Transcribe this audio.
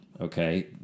okay